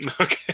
Okay